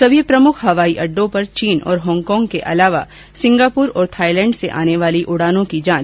सभी प्रमुख हवाई अड्डों पर चीन और हांगकांग के अलावा सिंगापुर और थाईलैंड से आने वाली उड़ानों की जांच की जा रही है